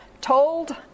told